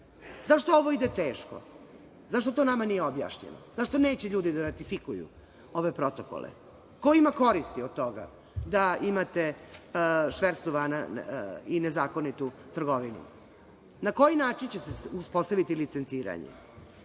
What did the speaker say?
Zašto ovo ide teško? Zašto to nama nije objašnjeno? Zašto neće ljudi da ratifikuju ove protokole? Ko ima koristi od toga da imate šverc duvana i nezakonitu trgovinu? Na koji način ćete uspostaviti licenciranje?